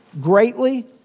greatly